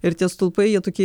ir tie stulpai jie tokie